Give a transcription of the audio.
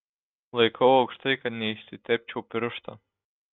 laikau aukštai kad neišsitepčiau pirštų